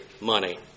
money